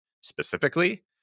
specifically